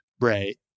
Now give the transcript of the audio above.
Right